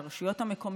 את הרשויות המקומיות,